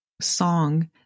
song